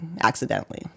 accidentally